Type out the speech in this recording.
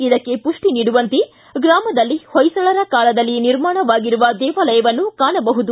ಇದಕ್ಕೆ ಪುಟ್ಟಿ ನೀಡುವಂತೆ ಗ್ರಾಮದಲ್ಲಿ ಹೊಯ್ಲಳರ ಕಾಲದಲ್ಲಿ ನಿರ್ಮಾಣವಾಗಿರುವ ದೇವಾಲಯವನ್ನು ಕಾಣಬಹುದು